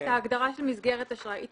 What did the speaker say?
את ההגדרה של מסגרת אשראי.